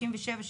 1967,